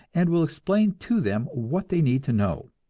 and will explain to them what they need to know.